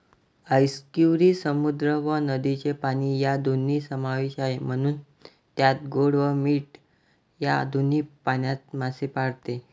आस्कियुरी समुद्र व नदीचे पाणी या दोन्ही समावेश आहे, म्हणून त्यात गोड व मीठ या दोन्ही पाण्यात मासे पाळते